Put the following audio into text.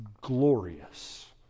glorious